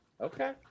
Okay